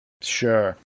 Sure